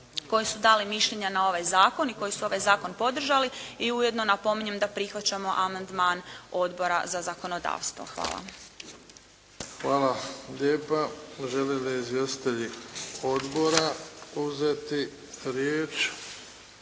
koji su dali mišljenja na ovaj zakon i koji su ovaj zakon podržali i ujedno napominjem da prihvaćamo amandman Odbora za zakonodavstvo. Hvala. **Bebić, Luka (HDZ)** Hvala lijepa. Žele li izvjestitelji Odbora uzeti riječ?